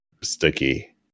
sticky